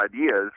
ideas